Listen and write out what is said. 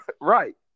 Right